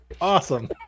Awesome